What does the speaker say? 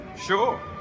Sure